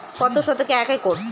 কত শতকে এক একর?